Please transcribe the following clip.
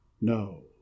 No